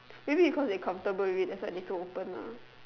maybe it cause they comfortable with it that's why they can open lah